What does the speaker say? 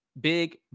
big